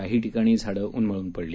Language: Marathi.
काही ठिकाणी झाडेही उन्मळून पडली